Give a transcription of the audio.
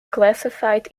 classified